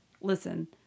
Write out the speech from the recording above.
listen